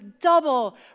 double